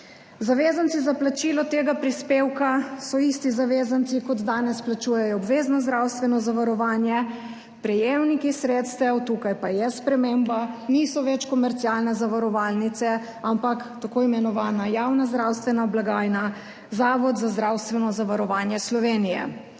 Zavezanci za plačilo tega prispevka so isti zavezanci kot danes plačujejo obvezno zdravstveno zavarovanje, prejemniki sredstev, tukaj pa je sprememba, niso več komercialne zavarovalnice, ampak tako imenovana javna zdravstvena blagajna, Zavod za zdravstveno zavarovanje Slovenije.